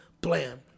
Blam